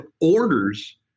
orders